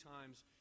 times